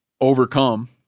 overcome